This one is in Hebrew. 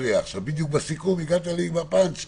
חושב שהוועדה הזאת חייבת לזעוק את הזעקה הזאת.